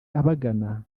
abagana